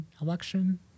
election